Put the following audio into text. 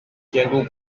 监督